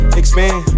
expand